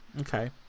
Okay